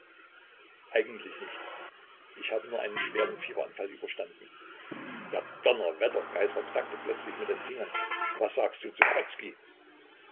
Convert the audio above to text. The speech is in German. eigentlich nichts ich habe nur einen schweren fieberanfall überstanden ja donnerwetter geißler knackte plötzlich mit den fingern was sagst du zu